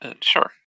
Sure